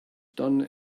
done